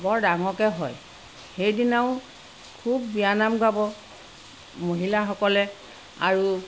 বৰ ডাঙৰকৈ হয় সেইদিনাও খুব বিয়ানাম গাব মহিলাসকলে আৰু